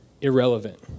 irrelevant